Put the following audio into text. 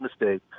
mistake